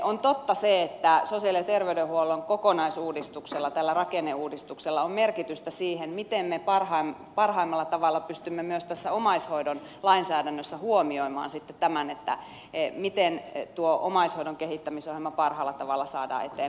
on totta että sosiaali ja terveydenhuollon kokonaisuudistuksella tällä rakenneuudistuksella on merkitystä siihen miten me parhaimmalla tavalla pystymme myös tässä omaishoidon lainsäädännössä huomioimaan sitten miten tuo omaishoidon kehittämisohjelma parhaalla tavalla saadaan eteenpäin